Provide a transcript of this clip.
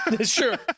Sure